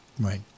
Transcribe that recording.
Right